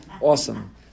awesome